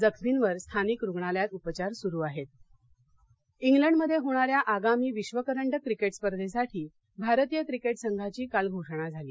जखमींवर स्थानिक रुग्णालयात उपचार सुरू आहेत इंग्लंडमध्ये होणाऱ्या आगामी विश्वकरंडक क्रिकेट स्पर्धेसाठी भारतीय क्रिकेट संघाची घोषणा काल झाली